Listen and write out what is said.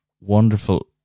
wonderful